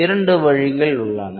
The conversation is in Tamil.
இரண்டு வழிகள் உள்ளன